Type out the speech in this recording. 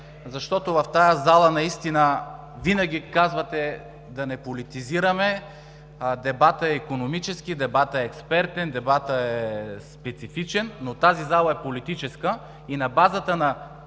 темата. В тази зала наистина винаги казвате: да не политизираме, дебатът е икономически, дебатът е експертен, дебатът е специфичен, но тази зала е политическа и на базата на експертните